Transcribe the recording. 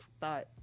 thought